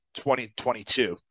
2022